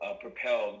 propelled